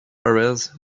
areas